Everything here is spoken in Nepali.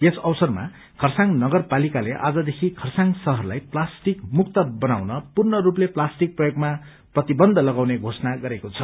यस अवसरमा खरसाङ नगरपालिकाले आजदेखि खरसाङ शहरलाई प्लास्टिक मुक्त बनाउन पूर्णरूपले प्लास्टिक प्रयोगमा प्रतिबन्ध लगाउने घोषणा गरेको छ